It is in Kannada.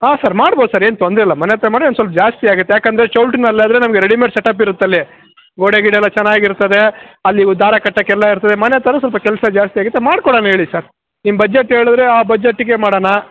ಹಾಂ ಸರ್ ಮಾಡ್ಬೋದು ಸರ್ ಏನು ತೊಂದರೆಯಿಲ್ಲ ಮನೆ ಹತ್ತಿರ ಮಾಡಿದ್ರೆ ಒಂದು ಸ್ವಲ್ಪ ಜಾಸ್ತಿ ಆಗುತ್ತೆ ಯಾಕಂದರೆ ಚೌಲ್ಟ್ರಿನಲ್ಲಾದರೆ ನಮಗೆ ರೆಡಿಮೇಡ್ ಸೆಟಪ್ ಇರುತ್ತಲ್ಲಿ ಗೋಡೆ ಗೀಡೆ ಎಲ್ಲ ಚೆನ್ನಾಗಿರ್ತದೆ ಅಲ್ಲಿ ದಾರ ಕಟ್ಟಕ್ಕೆಲ್ಲ ಇರ್ತದೆ ಮನೆ ಹತ್ರಾದ್ರೆ ಸ್ವಲ್ಪ ಕೆಲಸ ಜಾಸ್ತಿಯಾಗತ್ತೆ ಮಾಡ್ಕೊಡೋಣ ಹೇಳಿ ಸರ್ ನಿಮ್ಮ ಬಜೆಟ್ ಹೇಳಿದ್ರೆ ಆ ಬಜೆಟ್ಟಿಗೆ ಮಾಡೋಣ